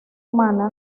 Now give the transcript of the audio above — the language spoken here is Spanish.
humana